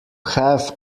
have